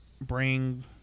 bring